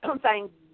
Thank